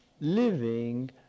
living